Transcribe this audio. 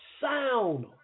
sound